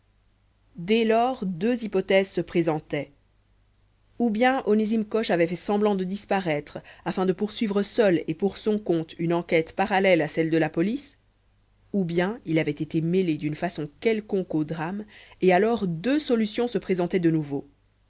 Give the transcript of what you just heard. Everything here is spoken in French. dès lors deux hypothèses se présentaient ou bien onésime coche avait fait semblant de disparaître afin de poursuivre seul et pour son compte une enquête parallèle à celle de la police ou bien il avait été mêlé d'une façon quelconque au drame et alors deux solutions se présentaient de nouveau